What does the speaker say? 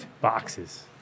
Boxes